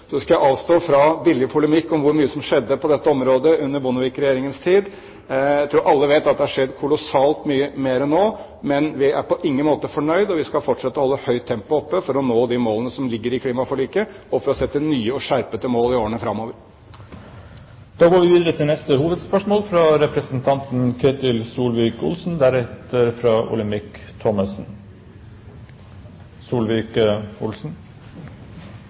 skal avstå fra billig polemikk om hvor mye som skjedde på dette området under Bondevik-regjeringens tid. Jeg tror alle vet at det har skjedd kolossalt mye mer nå, men vi er på ingen måte fornøyd, og vi skal fortsette med å holde et høyt tempo for å nå de målene som ligger i klimaforliket, og for å sette nye og skjerpede mål i årene framover. Vi går videre til neste hovedspørsmål.